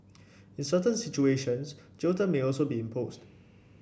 in certain situations jail terms may also be imposed